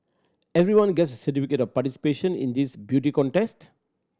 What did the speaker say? everyone gets a certificate of participation in this beauty contest